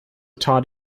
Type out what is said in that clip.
taught